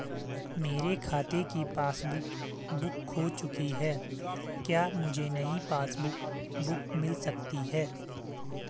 मेरे खाते की पासबुक बुक खो चुकी है क्या मुझे नयी पासबुक बुक मिल सकती है?